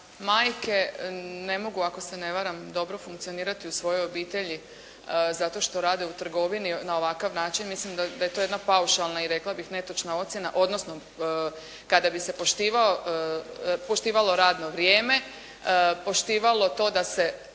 majke ne mogu ako se ne varam dobro funkcionirati u svojoj obitelji zato što rade u trgovini na ovakav način mislim da je to jedna paušalna i rekla bih netočna ocjena, odnosno kada bi se poštivalo radno vrijeme, poštivalo to da se